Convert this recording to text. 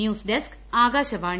news desk Akashvani